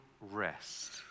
rest